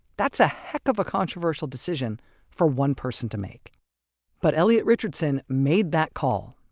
that's a heck of a controversial decision for one person to make but elliot richardson made that call,